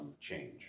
change